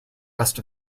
rest